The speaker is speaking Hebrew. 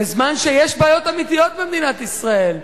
בזמן שיש בעיות אמיתיות במדינת ישראל,